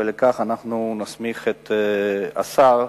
ולכך נסמיך את השר,